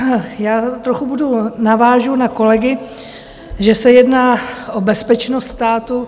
Já trochu budu navážu na kolegy, že se jedná o bezpečnost státu.